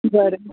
बरं